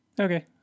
Okay